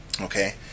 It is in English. Okay